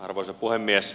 arvoisa puhemies